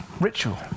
ritual